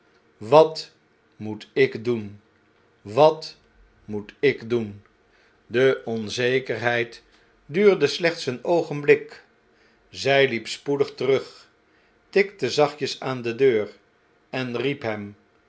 wat moet ik doen wat moet ik doen de onzekerheid duurde slechts een oogenblik zij liep spoedig terug tikte zachtjes aan de deur en riep